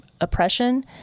oppression